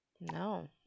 No